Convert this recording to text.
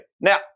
Now